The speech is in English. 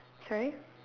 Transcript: sorry